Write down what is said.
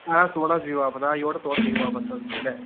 آ تھوڑا حظ ییٖوٕ واپَس آ یورٕ تورٕ دیٖوٕ واپَس حظ بیٚہہ